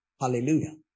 Hallelujah